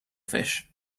fish